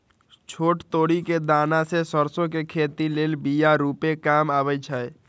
छोट तोरि कें दना से सरसो के खेती लेल बिया रूपे काम अबइ छै